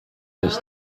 this